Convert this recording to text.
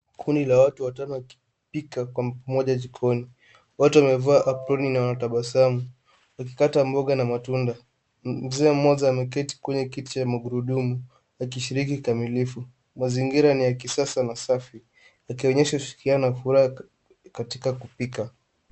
Kundi la watu watano wakipika pamoja jikoni. Wote wamevaa aproni na wanatabasamu wakikata mboga na matunda. Mzee mmoja ameketi kwenye kiti cha magurudumu akishiriki kikamilifu. Mazingira ni ya kisasa na safi yakionyesha ushirikiano na furaha katika kupika.